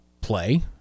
play